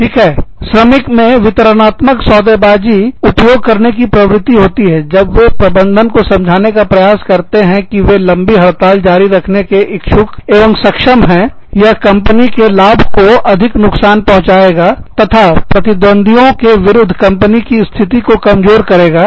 ठीक है श्रमिक मजदूर में वितरणात्मक सौदेबाजी सौदाकारी उपयोग करने प्रवृति होती है जब वे प्रबंधन को समझाने का प्रयास करते हैं कि वे लंबी हड़ताल जारी रखने में इच्छुक एवं सक्षम है यह कंपनी के लाभ को अधिक नुकसान पहुँचाएगा तथा प्रतिद्वंदियों के विरुद्ध कंपनी की स्थिति को कमजोर करेगा